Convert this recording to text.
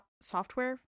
software